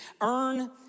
earn